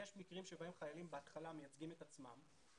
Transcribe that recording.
יש מקרים שבהם חיילים בהתחלה מייצגים את עצמם.